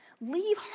Leave